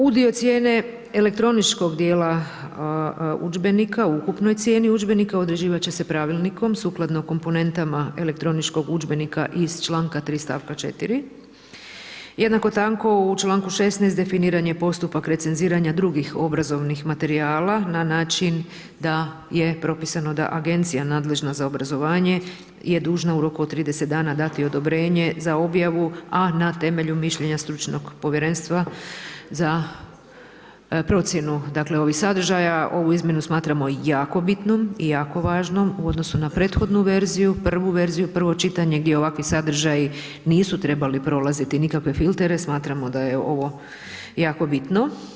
Udio cijene elektroničkog dijela udžbenika, u ukupnoj cijeni udžbenika odrezivati će se pravilnikom sukladno komponentama elektroničkog udžbenika iz stavka 3 stavka 4. Jednako tako u čl. 6 definiran je postupak recenziranja drugih obrazovnih materijala na način da je propisano da agencija nadležna za obrazovanje je dužna u roku od 30 dana dati odobrenje za objavu a na temelju mišljenja stručnog povjerenstva za procjenu ovih sadržaja, ovu izmjenu smatramo jako bitnom i jako važnom u odnosu na prethodnu verziju, prvu verziju, prvo čitanje gdje ovakvi sadržaji nisu trebali prolaziti nikakve filtere, smatramo da je ovo jako bitno.